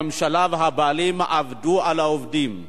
שהממשלה והבעלים עבדו על העובדים.